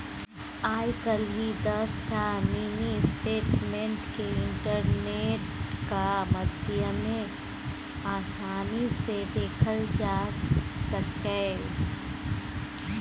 आइ काल्हि दसटा mini statement केँ इंटरनेटक माध्यमे आसानी सँ देखल जा सकैए